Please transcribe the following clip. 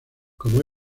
como